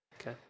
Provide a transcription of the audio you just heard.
Okay